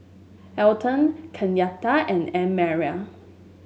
Elon Kenyatta and Annmarie